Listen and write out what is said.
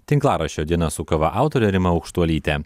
tinklaraščio diena su kava autorė rima aukštuolytė